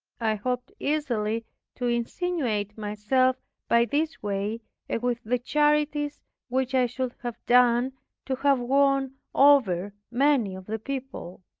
i hoped easily to insinuate myself by this way and with the charities which i should have done to have won over many of the people.